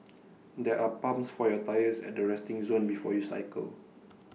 there are pumps for your tyres at the resting zone before you cycle